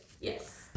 Yes